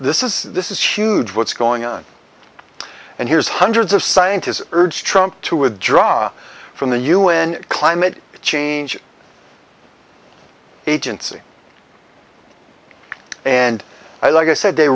this is this is huge what's going on and here's hundreds of scientists urged to withdraw from the un climate change agency and i like i said they